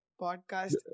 podcast